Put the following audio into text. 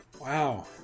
Wow